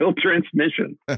transmission